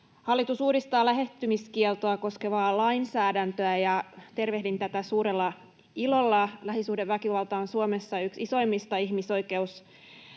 Hallitus uudistaa lähestymiskieltoa koskevaa lainsäädäntöä, ja tervehdin tätä suurella ilolla. Lähisuhdeväkivalta on Suomessa yksi isoimmista ihmisoikeusrikkomuksista.